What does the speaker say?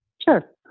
Sure